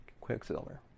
quicksilver